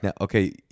okay